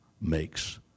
makes